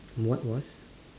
what was